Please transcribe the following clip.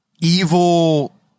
evil